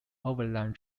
overland